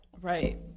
Right